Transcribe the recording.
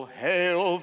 hail